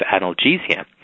analgesia